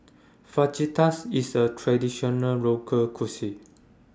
Fajitas IS A Traditional Local Cuisine